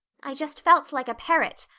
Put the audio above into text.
i just felt like a parrot.